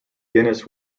guinness